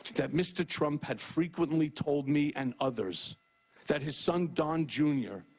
that mr. trump had frequently told me and others that his son don jr.